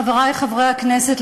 חברי חברי הכנסת,